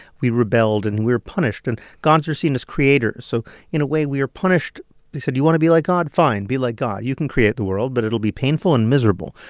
we rebelled, and we were punished. and gods are seen as creators. so in a way, we are punished they said, you want to be like god? fine, be like god. you can create the world, but it'll be painful and miserable.